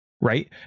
right